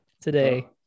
today